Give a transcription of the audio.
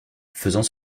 faisant